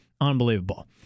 Unbelievable